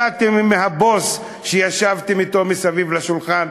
למדתם מהבוס שישבתם אתו מסביב לשולחן,